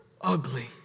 ugly